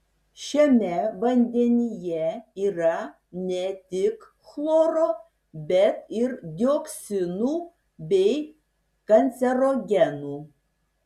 šiame vandenyje yra ne tik chloro bet ir dioksinu bei kancerogenų